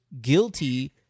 guilty